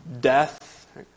death